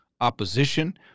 opposition